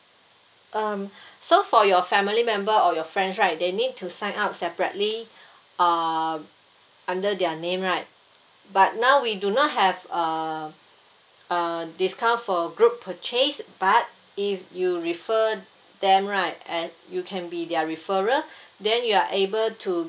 um so for your family member or your friends right they need to sign up separately uh under their name right but now we do not have uh a discount for group purchase but if you refer them right at you can be their referrer than you are able to